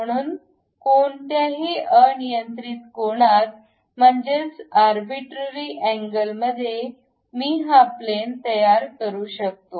म्हणून कोणत्याही अनियंत्रित कोनात म्हणजेच आरबीट्ररी अँगलमध्ये मी हा प्लॅन तयार करू शकतो